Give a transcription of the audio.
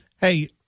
Hey